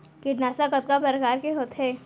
कीटनाशक कतका प्रकार के होथे?